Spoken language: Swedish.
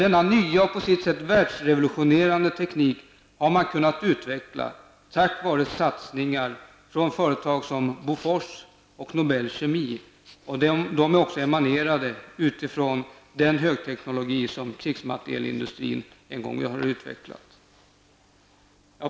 Denna nya och på sitt sätt världsrevolutionerande teknik har man kunnat utveckla tack vare satsningar från företag som Bofors och Nobel Kemi. De emaneras ocksåutifrån den högteknologi som krigsmaterielindustrin en gång har utvecklat.